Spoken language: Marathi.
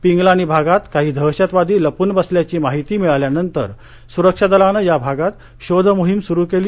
पिंगलानी भागात काही दहशतवादी लपून बसल्याची माहिती मिळाल्यानंतर सुरक्षा दलानं या भागात शोध मोहीम सुरू केली